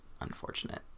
Unfortunate